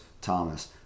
Thomas